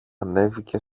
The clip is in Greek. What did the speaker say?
ανέβηκε